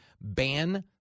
Ban